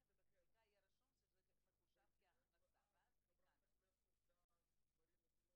ובחלקה היה רשום שזה מחושב כהכנסה ואז תיקנו את זה.